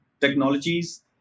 technologies